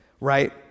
right